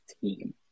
team